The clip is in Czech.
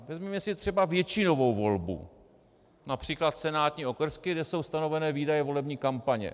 Vezměme si třeba většinovou volbu například senátní okrsky, kde jsou stanovené výdaje volební kampaně.